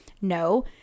no